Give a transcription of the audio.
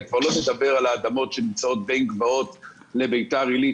אני כבר לא מדבר על האדמות שנמצאות בין גבעות לבית"ר עילית,